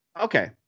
Okay